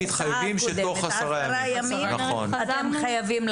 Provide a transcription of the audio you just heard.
עשרה ימים,